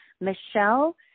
Michelle